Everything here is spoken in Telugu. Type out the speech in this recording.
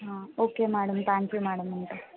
okay madam thank you madam ఉంటాను